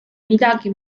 midagi